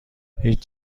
هیچ